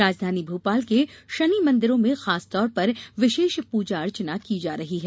राजधानी भोपाल के शनि मंदिरों में खासतौर पर विशेष पूजाअर्चना की जा रही है